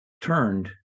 turned